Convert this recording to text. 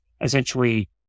essentially